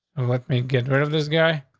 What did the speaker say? and let me get rid of this guy.